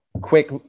quick